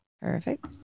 Perfect